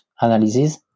analysis